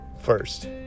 first